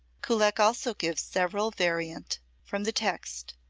kullak also gives several variante from the text,